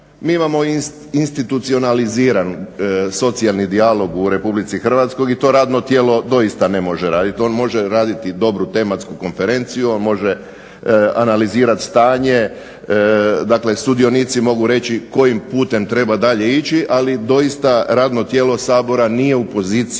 Mi imamo institucionaliziran socijalni dijalog u RH i to radno tijelo doista ne može raditi. On može raditi dobru tematsku konferenciju, on može analizirati stanje, dakle sudionici mogu reći kojim putem treba dalje ići, ali doista radno tijelo Sabora nije u poziciji